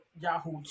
Yahoo